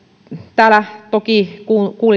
täällä toki